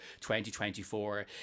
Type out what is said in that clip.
2024